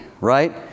right